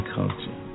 culture